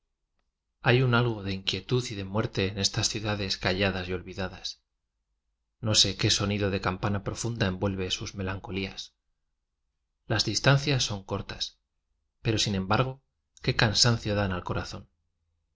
e av un a de inquietud y de muerte en s clucacies calladas y olvidadas no sé n de campana profunda envuelve tas me'anco ias las distancias son corpero sin embargo qué cansancio dan i c lazón